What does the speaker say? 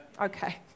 Okay